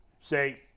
say